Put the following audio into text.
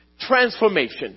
transformation